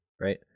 right